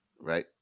Right